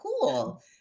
cool